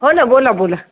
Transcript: हो ना बोला बोला